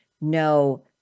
No